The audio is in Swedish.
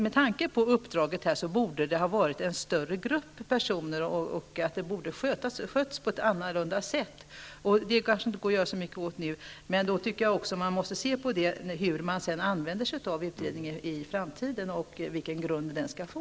Med tanke på uppdraget borde det ha getts till en större grupp personer, och det borde ha skötts på ett annat sätt. Det kanske inte går att göra så mycket åt det nu. Man måste dock se till detta när det gäller hur man skall använda sig av utredningen i framtiden och vilken grund den skall få.